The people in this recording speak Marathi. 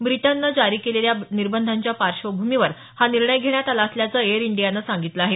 ब्रिटननं जाहीर केलेल्या निर्बंधांच्या पार्श्वभूमीवर हा निर्णय घेण्यात आला असल्याचं एयर इंडियानं सांगितलं आहे